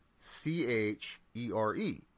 C-H-E-R-E